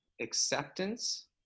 acceptance